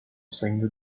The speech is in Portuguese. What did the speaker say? saindo